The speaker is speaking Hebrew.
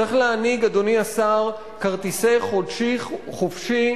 צריך להנהיג, אדוני השר, כרטיסי "חודשי חופשי"